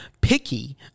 picky